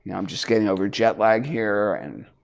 and i'm just getting over jet lagged here, and.